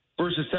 versus